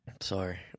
sorry